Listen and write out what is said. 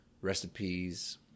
Recipes